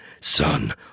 son